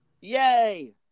Yay